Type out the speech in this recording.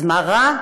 אז מה רע?